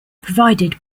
provided